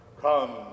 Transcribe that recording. Come